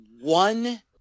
one